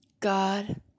God